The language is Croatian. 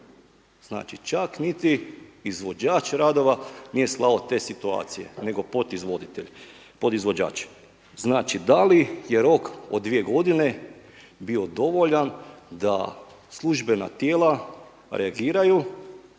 Znači čak niti izvođač radova nije slao te situacije nego pod izvoditelj, podizvođač. Znači da li je rok od 2 godine bio dovoljan da službena tijela reagiraju,